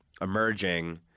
emerging